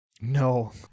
No